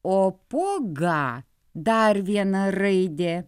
o po gą dar viena raidė